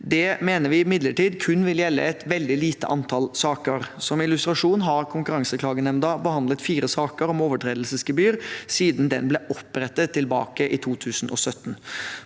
Vi mener det imidlertid kun vil gjelde et lite antall saker. Som illustrasjon har Konkurranseklagenemnda behandlet fire saker om overtredelsesgebyr siden den ble opprettet i 2017.